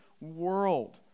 world